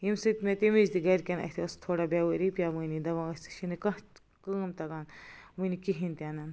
ییٚمہِ سۭتۍ مےٚ تمہِ وِزِ تہِ گھرِکیٚن اَتھہِ ٲسۍ تھوڑا بیٚوٲری پیٚوٲنی دَپان ٲسۍ ژےٚ چھے نہٕ کانٛہہ کٲم تَگان وُنہِ کِہیٖنۍ تہِ نہٕ